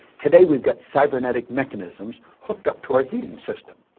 today, we've got cybernetic mechanisms hooked up to our heating system.